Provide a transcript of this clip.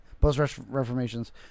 post-reformation's